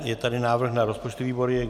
Je tady návrh na rozpočtový výbor.